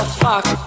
fuck